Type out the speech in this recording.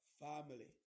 family